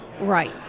right